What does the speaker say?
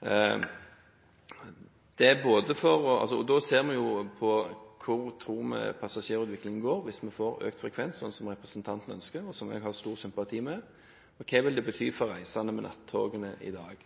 Da ser vi på hvordan vi tror passasjerutviklingen går hvis vi får økt frekvens, som representanten ønsker, og som jeg har stor sympati for, og hva det vil bety for reisende med nattogene i dag.